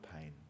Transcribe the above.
pain